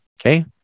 okay